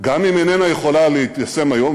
גם אם היא איננה יכולה להתיישם היום,